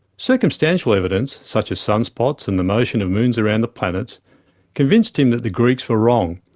circumstantial evidence such as sunspots and the motion of moons around the planets convinced him that the greeks were wrong,